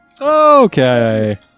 Okay